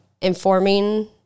informing